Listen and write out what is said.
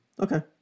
Okay